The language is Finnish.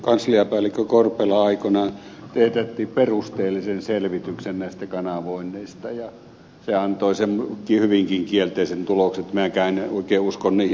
kansliapäällikkö korpela aikoinaan teetätti perusteellisen selvityksen näistä kanavoinneista ja se antoi hyvinkin kielteisen tulokseen että minäkään en oikein usko niihin